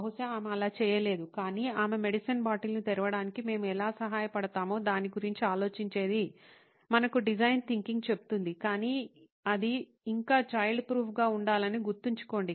బహుశా ఆమె అలా చేయలేదు కానీ ఆమె మెడిసిన్ బాటిల్ను తెరవడానికి మేము ఎలా సహాయపడతామో దాని గురించి ఆలోచించేది మనకు డిజైన్ థింకింగ్ చెప్తుంది కానీ అది ఇంకా చైల్డ్ ప్రూఫ్ గా ఉండాలని గుర్తుంచుకోండి